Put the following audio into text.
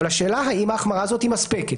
אבל השאלה האם ההחמרה הזאת היא מספקת.